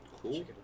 Cool